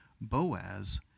Boaz